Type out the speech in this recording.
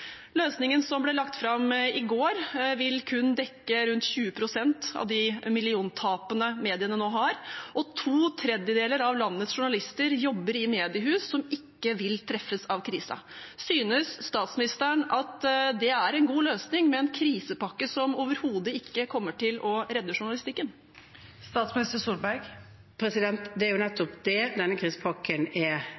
Løsningen som ble lagt fram i går, vil kun dekke rundt 20 pst. av de milliontapene mediene nå har, og to tredjedeler av landets journalister jobber i mediehus som ikke vil treffes av krisen. Synes statsministeren at det er en god løsning med en krisepakke som overhodet ikke kommer til å redde journalistikken? Det er nettopp det denne krisepakken er